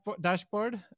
dashboard